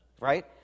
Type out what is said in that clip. right